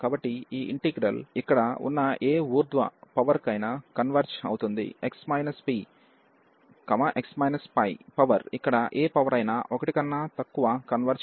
కాబట్టి ఈ ఇంటిగ్రల్ ఇక్కడ ఉన్న ఏ ఊర్థ్వ పవర్ కైనా కన్వెర్జ్ అవుతుంది x minus p x π power ఇక్కడ ఏ పవర్ అయినా 1 కన్నా తక్కువ కన్వెర్జ్ ఉంటుంది